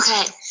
Okay